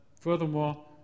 furthermore